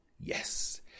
Yes